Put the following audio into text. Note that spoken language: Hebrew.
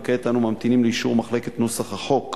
וכעת אנו ממתינים לאישור מחלקת נוסח החוק.